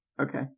Okay